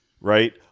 right